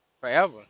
Forever